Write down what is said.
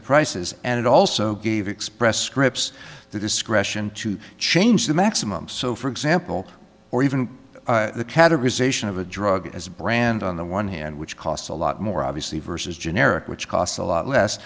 the prices and it also gave express scripts the discretion to change the maximum so for example or even the categorization of a drug as a brand on the one hand which costs a lot more obviously versus generic which costs a lot less